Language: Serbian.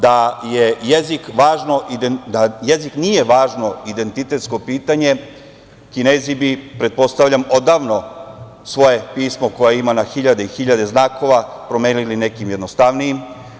Da jezik nije važno identitetsko pitanje, Kinezi bi, pretpostavljam, odavno svoje pismo koje ima na hiljade i hiljade znakova promenili nekim jednostavnijim.